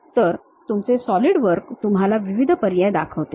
तर तुमचे सॉलिडवर्क तुम्हाला विविध पर्याय दाखवते